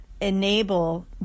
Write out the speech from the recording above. enable